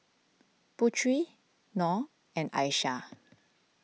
Putri Nor and Aishah